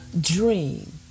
dream